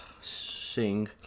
sing